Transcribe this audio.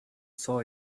saw